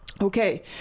Okay